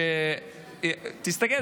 תסתכל,